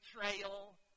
betrayal